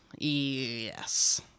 Yes